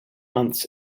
months